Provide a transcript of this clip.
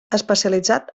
especialitzat